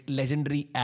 legendary